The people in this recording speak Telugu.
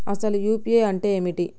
అసలు యూ.పీ.ఐ అంటే ఏమిటి?